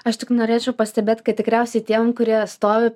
aš tik norėčiau pastebėt kad tikriausiai tiem kurie stovi